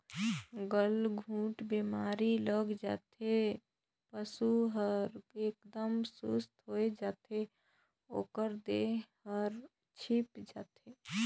गलघोंटू बेमारी लग जाये ले पसु हर एकदम सुस्त होय जाथे अउ ओकर देह हर धीप जाथे